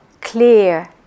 clear